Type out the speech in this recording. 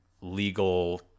legal